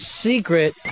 secret